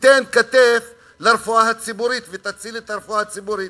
ותיתן כתף לרפואה הציבורית ותציל את הרפואה הציבורית?